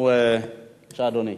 בבקשה, אדוני.